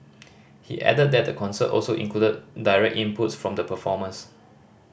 he added that the concert also included direct inputs from the performers